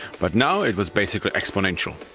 but now it was basically exponential.